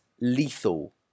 lethal